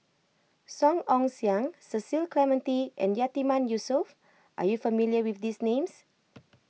Song Ong Siang Cecil Clementi and Yatiman Yusof are you not familiar with these names